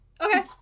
Okay